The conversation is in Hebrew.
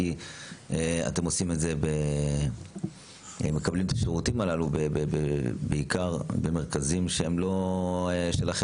כי הם מקבלים את השירותים הללו בעיקר במרכזים שהם לא שלכם,